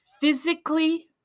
physically